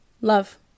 Love